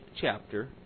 chapter